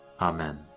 Amen